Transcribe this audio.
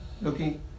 looking